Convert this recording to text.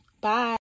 Bye